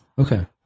okay